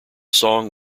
song